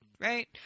Right